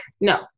no